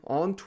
on